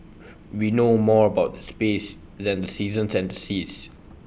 we know more about space than the seasons and the seas